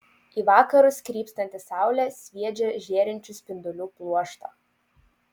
į vakarus krypstanti saulė sviedžia žėrinčių spindulių pluoštą